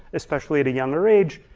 especially at a younger age,